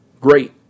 Great